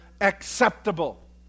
acceptable